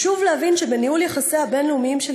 חשוב להבין שבניהול יחסיה הבין-לאומיים של